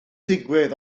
digwydd